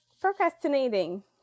procrastinating